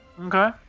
Okay